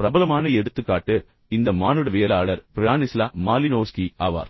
பிரபலமான எடுத்துக்காட்டு இந்த மானுடவியலாளர் பிரானிஸ்லா மாலினோவ்ஸ்கி ஆவார்